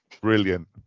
Brilliant